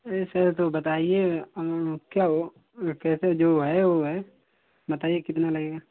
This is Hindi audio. अरे सर तो बताइए क्या है कैसे जो है वो है बताइए कितना लगेगा